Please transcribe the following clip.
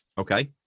Okay